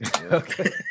Okay